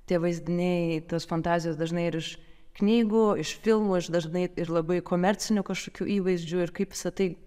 tie vaizdiniai tos fantazijos dažnai ir iš knygų iš filmų iš dažnai ir labai komercinių kažkokių įvaizdžių ir kaip visa tai